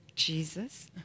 Jesus